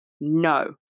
No